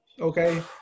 Okay